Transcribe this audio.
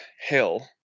hill